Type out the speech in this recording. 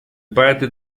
parte